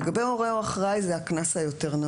לגבי הורה או אחראי זה הקנס היותר-נמוך,